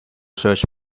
search